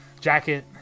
jacket